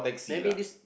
maybe this